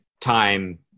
time